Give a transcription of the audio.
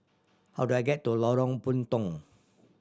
how do I get to Lorong Puntong